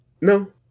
No